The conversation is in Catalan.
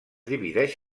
divideix